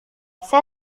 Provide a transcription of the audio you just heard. saya